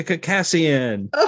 Cassian